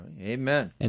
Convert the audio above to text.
Amen